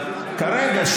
כרגע,